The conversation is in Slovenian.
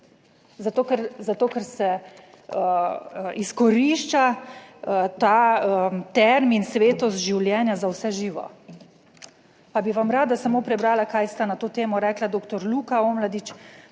zato ker se izkorišča ta termin svetost življenja za vse živo. Pa bi vam rada samo prebrala, kaj sta na to temo rekla doktor Luka Omladič,